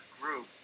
group